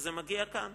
וזה מגיע לכאן